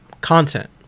content